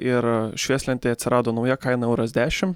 ir švieslentėj atsirado nauja kaina euras dešim